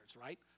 right